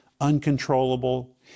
uncontrollable